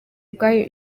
ubwayo